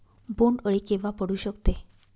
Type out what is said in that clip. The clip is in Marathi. बोंड अळी केव्हा पडू शकते?